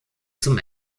zum